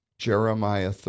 Jeremiah